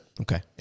Okay